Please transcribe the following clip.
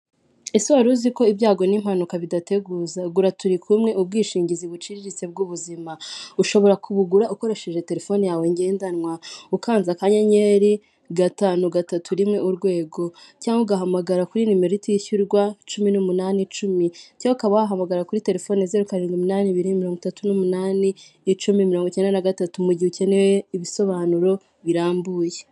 Ese wari uzi ko ibyago n'impanuka bidateguza? Gura turi kumwe ubwishingizi buciriritse bw'ubuzima, Ushobora kubugura ukoresheje telefone yawe ngendanwa. Ukanze akanyenyeri gatanu gatatu rimwe urwego. Cyangwa ugahamagara kuri nimero itishyurwa : cumi n'umunani icumi. Cyangwa ukaba wahamagara kuri telefone : zeru karindwi iminani ibiri mirongo itatu n'umunani icumi mirongo icyenda na gatatu, mu gihe ukeneye ibisobanuro birambuye.